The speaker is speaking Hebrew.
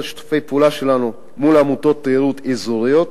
שיתופי פעולה שלנו עם עמותות תיירות אזוריות,